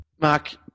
Mark